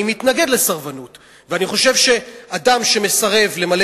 אני מתנגד לסרבנות ואני חושב שאדם שמסרב למלא